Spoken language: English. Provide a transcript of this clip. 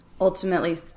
ultimately